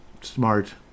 smart